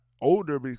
older